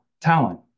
Talent